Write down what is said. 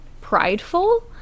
prideful